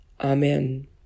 Amen